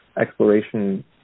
exploration